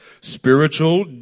spiritual